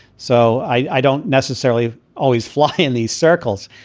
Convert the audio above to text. so i don't necessarily always fly in these circles.